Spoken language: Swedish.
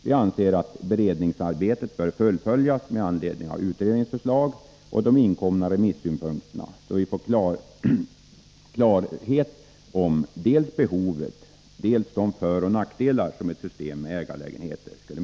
Vi anser att beredningsarbetet bör fullföljas med anledning av utredningens förslag och de inkomna remissynpunkterna, så att vi får klarhet i dels behovet av, dels föroch nackdelarna med ett system med ägarlägenheter.